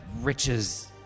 riches